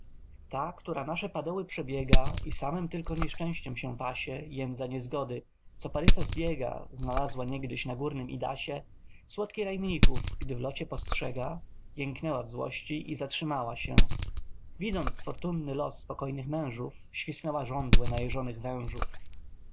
ta która nasze padoły przebiega i samem tylko nieszczęściem się pasie jędza niezgody co parysa zbiega znalazła niegdyś na górnym idasie słodki raj mnichów gdy w locie postrzega jęknęła w złości i zatrzymała się widząc fortunny los spokojnych mężów świsnęła żądły najeżonych wężów